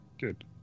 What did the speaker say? good